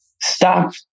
Stop